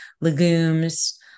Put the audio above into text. legumes